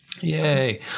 Yay